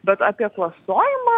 bet apie klastojimą